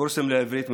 קורסים לעברית מדוברת,